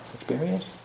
experience